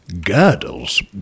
girdles